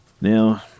Now